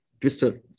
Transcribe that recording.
twister